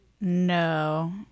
No